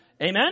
Amen